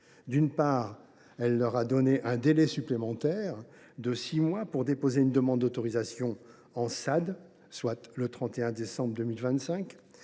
d’une part, elle leur a donné un délai supplémentaire de six mois pour déposer une demande d’autorisation en SAD, reportant l’échéance au 31 décembre 2025